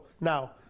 Now